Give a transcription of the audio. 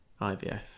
IVF